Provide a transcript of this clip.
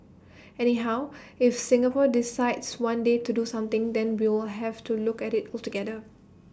anyhow if Singapore decides one day to do something then we'll have to look at IT altogether